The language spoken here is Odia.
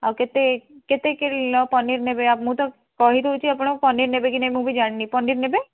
ଆଉ କେତେ କେତେ କିଲୋ ପନିର୍ ନେବେ ମୁଁ ତ କହିଦେଉଛି ଆପଣ ପନିର୍ ନେବେ କି ନାହିଁ ମୁଁ ବି ଜାଣିନି ପନିର୍ ନେବେ